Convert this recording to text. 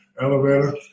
elevator